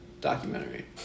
documentary